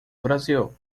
brasil